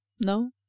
no